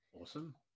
awesome